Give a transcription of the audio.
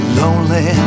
lonely